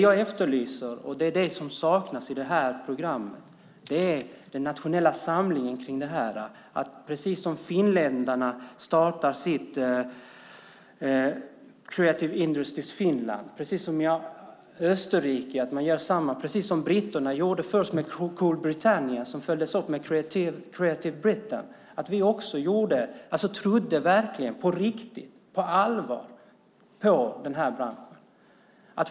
Jag efterlyser - och det saknas i programmet - den nationella samlingen, att precis som finländarna starta Creative Industries Finland, eller som i Österrike, eller som britterna med Cool Britannia som sedan följdes upp med Creative Britain, att på riktigt, på allvar, tro på branschen.